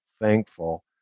thankful